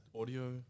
audio